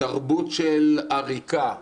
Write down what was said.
תרבות של עריקה,